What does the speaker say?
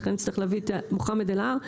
לכן נצטרך להביא את מוחמד אל ההר.